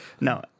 No